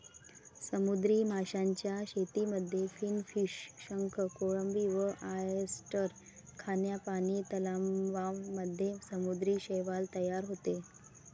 समुद्री माशांच्या शेतीमध्ये फिनफिश, शंख, कोळंबी व ऑयस्टर, खाऱ्या पानी तलावांमध्ये समुद्री शैवाल तयार होते